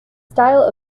style